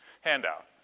Handout